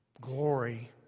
Glory